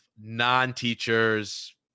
non-teachers